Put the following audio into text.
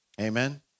Amen